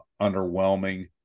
underwhelming